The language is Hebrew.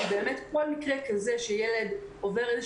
כי באמת כל מקרה כזה שילד עובר איזו